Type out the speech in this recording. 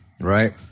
Right